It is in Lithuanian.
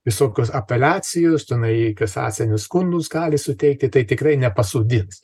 visokios apeliacijos tenai kasacinius skundus gali suteikti tai tikrai nepasodins